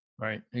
Right